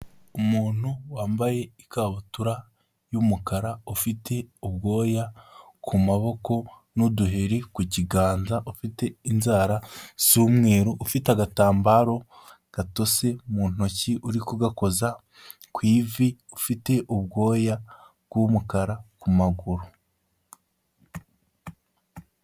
Umuntu wambaye ikabutura y'umukara ufite ubwoya ku maboko n'uduheri ku kiganza, ufite inzara z'umweru, ufite agatambaro gatose mu ntoki uri kugakoza ku ivi, ufite ubwoya bw'umukara ku maguru.